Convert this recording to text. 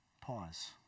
Pause